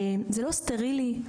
זה לא סטרילי,